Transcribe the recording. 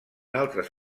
altres